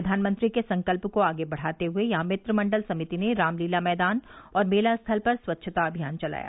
प्रधानमंत्री के संकल्प को आगे बढ़ाते हुए यहां मित्र मंडल समिति ने रामलीला मैदान और मेला स्थल पर स्वच्छता अभियान चलाया